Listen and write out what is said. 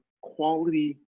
quality